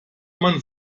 man